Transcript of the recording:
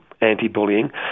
anti-bullying